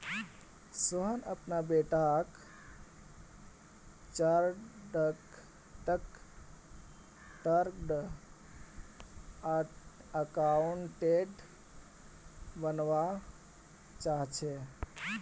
सोहन अपना बेटाक chartered accountant बनवा चाह्चेय